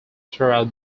throughout